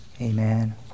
amen